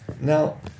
Now